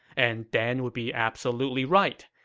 and dan would be absolutely right.